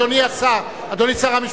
אדוני שר המשפטים,